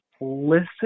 listen